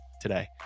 today